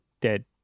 dead